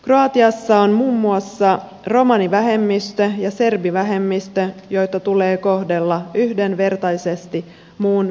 kroatiassa on muun muassa romanivähemmistö ja serbivähemmistö joita tulee kohdella yhdenvertaisesti muun väestön kanssa